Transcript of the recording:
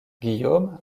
guillaume